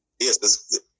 Yes